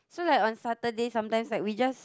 so like on Saturday sometimes like we just